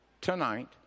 tonight